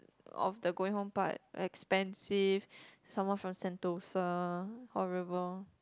of the going home part expensive some more from Sentosa horrible